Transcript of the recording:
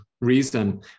reason